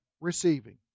receiving